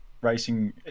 racing